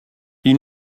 ils